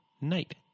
night